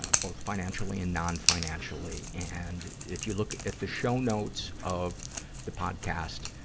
ah both financially and non-financially. and, if you look at the show notes of the podcast,